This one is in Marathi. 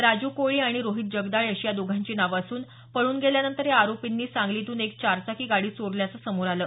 राजू कोळी आणि रोहित जगदाळे अशी या दोघांची असून पळून गेल्यानंतर या आरोपीनी सांगलीतून एक चार चाकी गाडी चोरल्याचं समोर आलं